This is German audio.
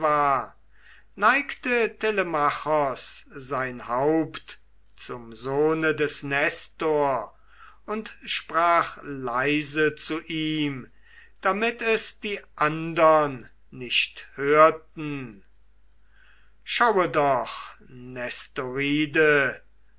neigte telemachos sein haupt zum sohne des nestor und sprach leise zu ihm damit es die andern nicht hörten schaue doch